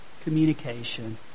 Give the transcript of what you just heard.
communication